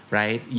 right